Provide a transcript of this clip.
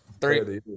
Three